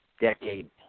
decade